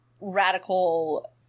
radical